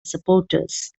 supporters